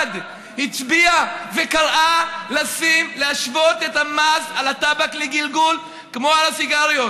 הצביעה פה אחד וקראה להשוות את המס על הטבק לגלגול כמו על הסיגריות,